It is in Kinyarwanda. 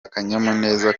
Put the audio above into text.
akanyamuneza